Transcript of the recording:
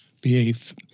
behave